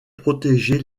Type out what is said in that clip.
protéger